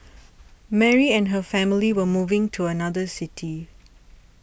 Mary and her family were moving to another city